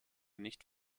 nicht